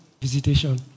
visitation